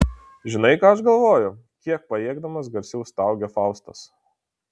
žinai ką aš galvoju kiek pajėgdamas garsiau staugia faustas